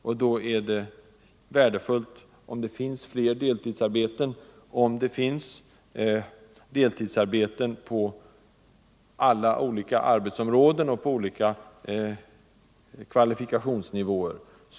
Och då är det värdefullt om det finns fler deltidsarbeten — och deltidsarbeten på olika arbetsområden och på olika kvalifikationsnivåer.